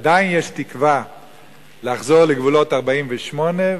עדיין יש תקווה לחזור לגבולות 48',